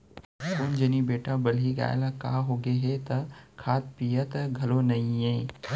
कोन जनी बेटा बलही गाय ल का होगे हे त खात पियत घलौ नइये